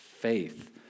faith